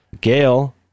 Gail